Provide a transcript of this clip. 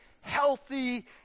healthy